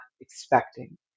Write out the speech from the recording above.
expecting